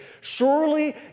Surely